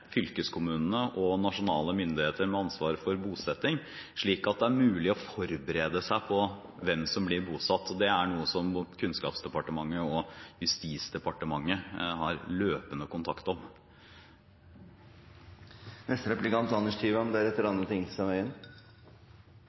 fylkeskommunene og med nasjonale myndigheter med ansvar for bosetting, slik at det er mulig å forberede seg på hvem som blir bosatt. Det er noe som Kunnskapsdepartementet og Justis- og beredskapsdepartementet har løpende kontakt om.